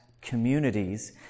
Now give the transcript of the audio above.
communities